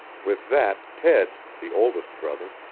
with that ted, the oldest brother,